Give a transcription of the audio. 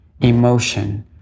emotion